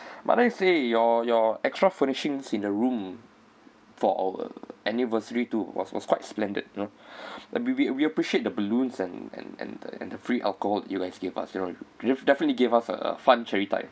might I say your your extra furnishings in the room for our anniversary too was was quite splendid you know we we we appreciate the balloons and and and the and the free alcohol you guys gave us you know you've definitely give us a fun cherry time